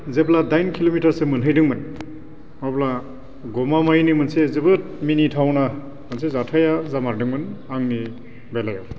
जेब्ला दाइन किल'मिटारसो मोनहैदोंमोन अब्ला गमामायैनो मोनसे जोबोद मिनिथावना मोनसे जाथाया जामारदोंमोन आंनि बेलायाव